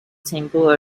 temple